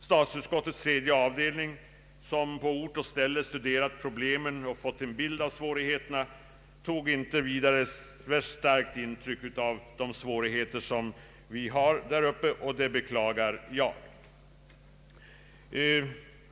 Statsutskottets tredje avdelning, som på ort och ställe studerat problemen, tog inte särskilt starkt intryck av de svårigheter som vi har däruppe, vil ket jag beklagar.